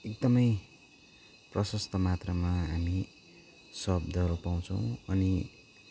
एकदमै प्रशस्त मात्रामा हामी शब्दहरू पउँछौ अनि